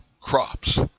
crops